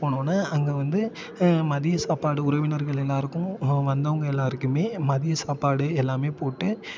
போனோன்னே அங்கே வந்து மதியம் சாப்பாடு உறவினர்கள் எல்லாேருக்கும் வந்தவங்கள் எல்லாேருக்குமே மதியம் சாப்பாடு எல்லாமே போட்டு